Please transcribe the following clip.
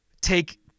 take